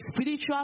spiritual